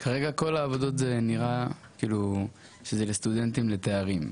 כרגע כל העבודות זה נראה שזה לסטודנטים, לתארים.